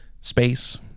space